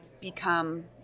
become